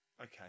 Okay